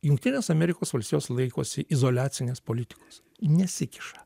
jungtinės amerikos valstijos laikosi izoliacinės politikos nesikiša